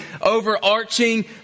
overarching